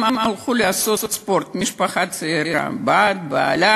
הם הלכו לעשות ספורט, משפחה צעירה, הבת, בעלה